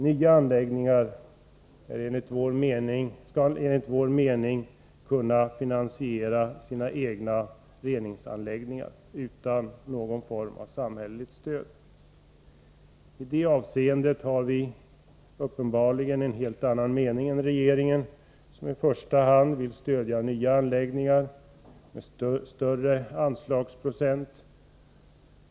Nya anläggningar skall enligt vår mening kunna finansiera sina egna reningsanläggningar utan någon form av samhälleligt stöd. I det avseendet har vi uppenbarligen en helt annan uppfattning än regeringen, som i första hand vill stödja nya anläggningar med större anslagsprocent.